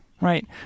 right